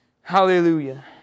Hallelujah